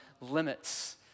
limits